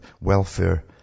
welfare